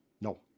No